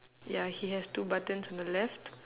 ya he has two buttons on the left